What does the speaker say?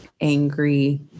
angry